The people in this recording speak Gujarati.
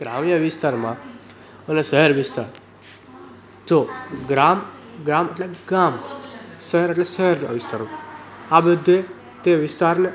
ગ્રામ્ય વિસ્તારમાં અને શહેર વિસ્તાર તો ગ્રામ ગ્રામ એટલે ગામ શહેર એટલે શહેરના વિસ્તારો આ બધે તે વિસ્તારને